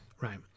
Right